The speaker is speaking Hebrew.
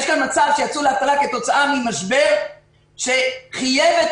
יש כאן מצב שיצאו לאבטלה כתוצאה ממשבר שחייב את